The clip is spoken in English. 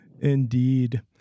Indeed